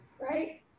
right